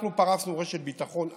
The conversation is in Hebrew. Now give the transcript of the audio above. אנחנו פרסנו רשת ביטחון ענקית.